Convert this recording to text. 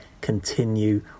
continue